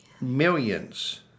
millions